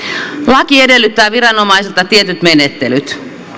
laki edellyttää viranomaisilta tietyt menettelyt